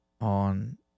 on